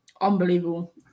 Unbelievable